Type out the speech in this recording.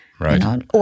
Right